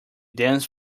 dense